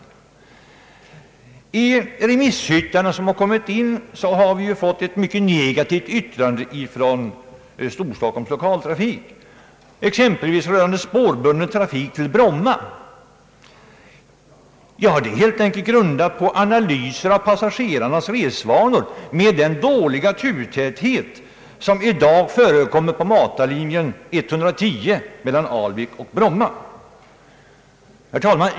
I ett remissyttrande som har kommit in har Storstockholms lokaltrafikföretag uttalat sig mycket negativt exempelvis rörande spårbunden trafik till Bromma. Detta är grundat på analyser av passagerarnas resvanor med den ringa turtäthet som i dag förekommer på matarlinjen 110 mellan Alvik och Bromma. Herr talman!